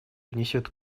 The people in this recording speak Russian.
внесет